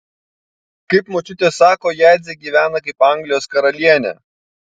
kaip močiutė sako jadzė gyvena kaip anglijos karalienė